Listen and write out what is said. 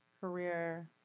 career